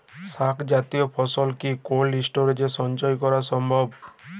শাক জাতীয় ফসল কি কোল্ড স্টোরেজে সঞ্চয় করা সম্ভব?